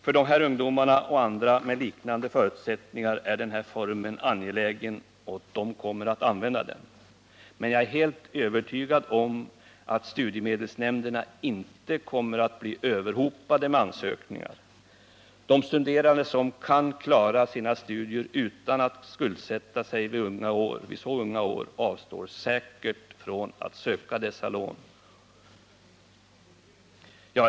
För dessa ungdomar och andra med liknande förutsättningar är denna form angelägen, och de kommer att använda den. Jag är helt övertygad om att studiemedelsnämnderna inte kommer att bli överhopade med ansökningar. De studerande som kan klara sina studier utan att skuldsätta sig vid unga år avstår säkert från att söka dessa lån.